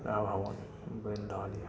कचरा भवन बैनि रहल यऽ